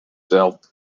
dealt